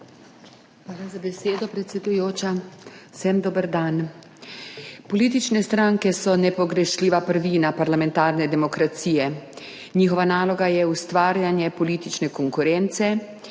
Hvala za besedo, predsedujoča. Vsem dober dan! Politične stranke so nepogrešljiva prvina parlamentarne demokracije. Njihova naloga je ustvarjanje politične konkurence,